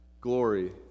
Glory